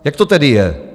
Jak to tedy je?